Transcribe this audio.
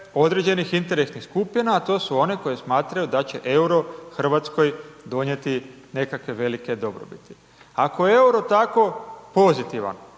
određenih interesnih skupina, a to su one koje smatraju da će EUR-o RH donijeti nekakve velike dobrobiti. Ako je EUR-o tako pozitivan